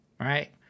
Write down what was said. Right